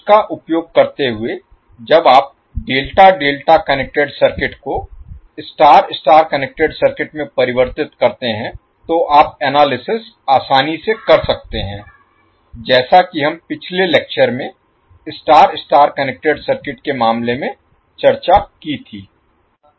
उस का उपयोग करते हुए जब आप डेल्टा डेल्टा कनेक्टेड सर्किट को स्टार स्टार कनेक्टेड सर्किट में परिवर्तित करते हैं तो आप एनालिसिस आसानी से कर सकते हैं जैसा कि हम पिछले लेक्चर में स्टार स्टार कनेक्टेड सर्किट के मामले में चर्चा की थी